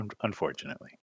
unfortunately